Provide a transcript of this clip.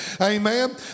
Amen